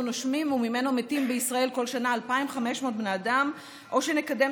נושמים וממנו מתים בישראל כל שנה 2,500 בני אדם או שנקדם